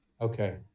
Okay